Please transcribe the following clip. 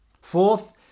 Fourth